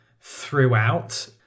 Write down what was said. throughout